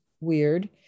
weird